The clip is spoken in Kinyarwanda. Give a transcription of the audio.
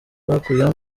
bakuyemo